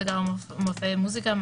הצגה או מופעי מוזיקה,